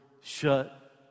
shut